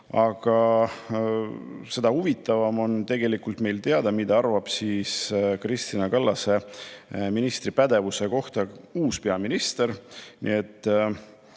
aga seda huvitavam on meil teada, mida arvab Kristina Kallase ministripädevuse kohta uus peaminister.